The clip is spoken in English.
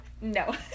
no